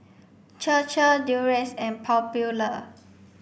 Chir Chir Durex and Popular